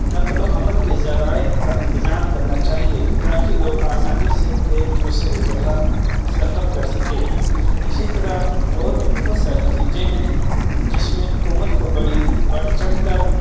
نقل و حمل کے ذرائع کا انتظام کرنا چاہیے تا کہ لوگ آسانی سے ایک دوسرے جگہ سفر کر سکے اسی طرح اور بھی بہت ساری چیزیں ہیں جس میں حکومت کو بڑی بڑھ چڑھ کر